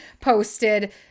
posted